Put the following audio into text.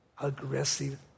Aggressive